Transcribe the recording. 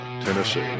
Tennessee